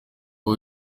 uko